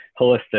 holistic